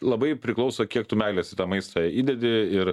labai priklauso kiek tu meilės į tą maistą įdedi ir